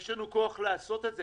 יש לנו כוח לעשות את זה.